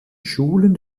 schulen